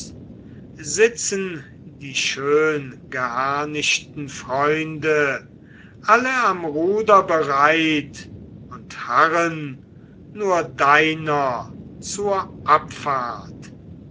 sitzen die schöngeharnischten freunde alle am ruder bereit und harren nur deiner zur abfahrt